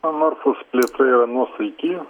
na norfos plėtra yra nuosaiki